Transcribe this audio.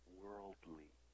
worldly